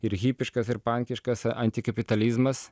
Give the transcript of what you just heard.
ir hipiškas ir pankiškas antikapitalizmas